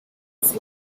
sit